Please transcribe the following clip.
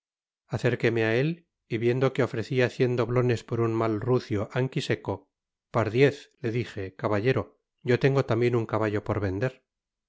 acerquéme á él y viendo que ofrecía cien doblones por un mal rucio anquiseco pardiez le dije caballero yo tengo tambien un caballo por vender